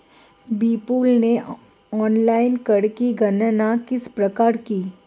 विपुल ने ऑनलाइन कर की गणना किस प्रकार की?